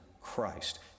CHRIST